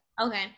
Okay